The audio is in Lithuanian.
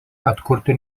atkurti